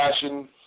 passion